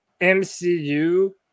MCU